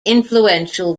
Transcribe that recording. influential